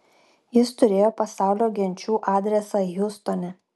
jis turėjo pasaulio genčių adresą hjustone